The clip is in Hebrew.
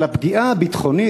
על הפגיעה הביטחונית,